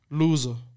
loser